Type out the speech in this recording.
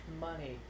money